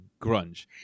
grunge